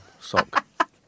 sock